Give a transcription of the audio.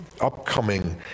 upcoming